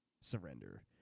Surrender